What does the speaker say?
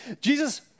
Jesus